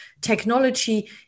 technology